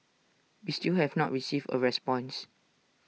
we still have not received A response